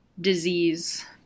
disease